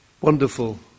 wonderful